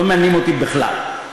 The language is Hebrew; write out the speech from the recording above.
לא מעניינים אותי בכלל.